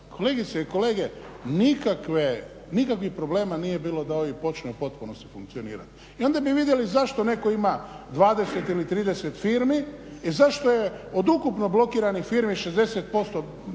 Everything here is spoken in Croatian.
Kolegice i kolege, nikakvih problema nije bilo da OIB počne u potpunosti funkcionirati. I onda bi vidjeli zašto netko ima 20 ili 30 firmi i zašto je od ukupno blokiranih firmi 60%